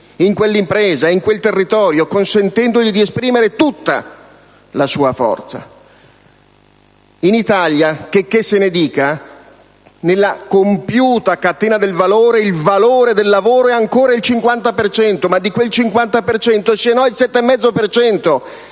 in quella impresa, in quel territorio, consentendogli di esprimere tutta la sua forza. In Italia, checché se ne dica, nella compiuta catena del valore, il valore del lavoro è ancora il 50 per cento,